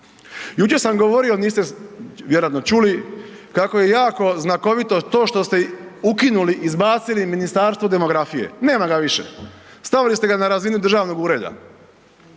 Jučer sam govorio, niste vjerojatno čuli, kako je jako znakovito to što ste ukinuli, izbacili Ministarstvo demografije, nema ga više. Stavili ste ga na razinu državnog ureda.